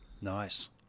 nice